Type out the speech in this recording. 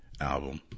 album